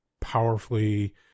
powerfully